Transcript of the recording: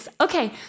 Okay